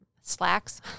slacks